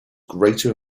greater